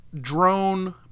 drone